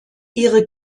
ihre